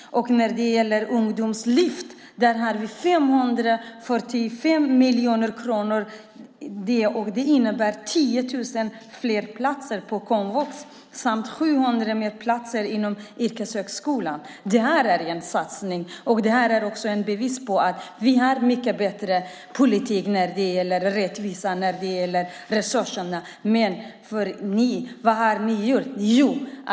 När det gäller ungdomslyft har vi 545 miljoner kronor till det, och det innebär 10 000 fler platser på komvux och 700 fler platser inom yrkeshögskolan. Detta är en satsning, och det är också ett bevis på att vi har en mycket bättre politik när det gäller rättvisa och resurser. Vad har ni gjort?